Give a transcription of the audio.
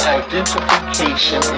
identification